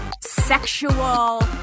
sexual